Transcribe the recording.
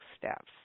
steps